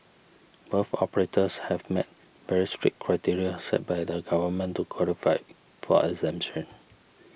both operators have met very strict criteria set by the government to qualify for exemption